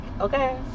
okay